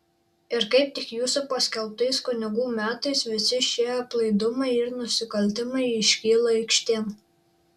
ir kaip tik jūsų paskelbtais kunigų metais visi šie aplaidumai ir nusikaltimai iškyla aikštėn